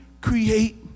create